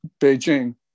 Beijing